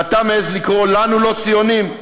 ואתה מעז לקרוא לנו לא ציונים?